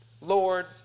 Lord